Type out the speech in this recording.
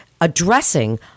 addressing